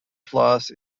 floss